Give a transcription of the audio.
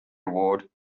award